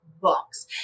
books